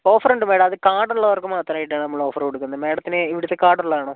offer ഉണ്ട് madam അത് card ഉള്ളവർക്ക് മാത്രമായിട്ടാണ് നമ്മൾ ഓഫർ കൊടുക്കുന്നത് മേഡത്തിന് ഇവിടുത്തെ കാർഡ് ഉള്ളതാണോ